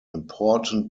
important